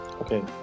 okay